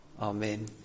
Amen